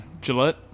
Gillette